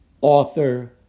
author